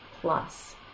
plus